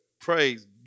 Praise